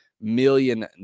million